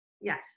Yes